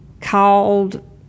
called